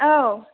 औ